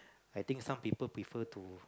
I think some people prefer to